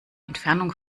entfernung